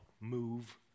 move